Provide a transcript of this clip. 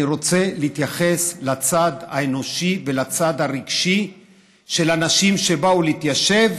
אני רוצה להתייחס לצד האנושי ולצד הרגשי של אנשים שבאו להתיישב